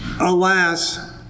Alas